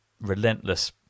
relentless